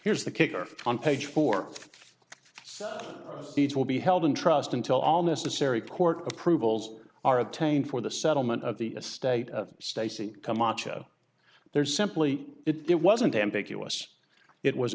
here's the kicker on page four speeds will be held in trust until all necessary court approvals are attained for the settlement of the estate of stacy camacho there is simply it wasn't ambiguous it was